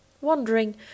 Wondering